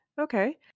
Okay